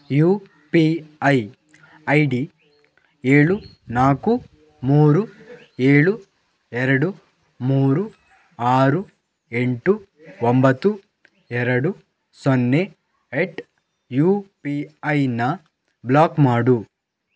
you P I I D ಏಳು ನಾಲ್ಕು ಮೂರು ಏಳು ಎರಡು ಮೂರು ಆರು ಎಂಟು ಒಂಬತ್ತು ಎರಡು ಸೊನ್ನೆ ಎಟ್ ಯು ಪಿ ಐನ ಬ್ಲಾಕ್ ಮಾಡು